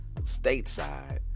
stateside